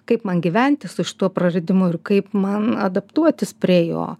kaip man gyventi su šituo praradimu ir kaip man adaptuotis prie jo